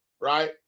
right